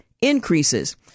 increases